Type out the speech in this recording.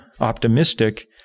optimistic